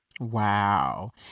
Wow